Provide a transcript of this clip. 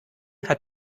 hat